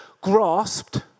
grasped